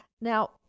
Now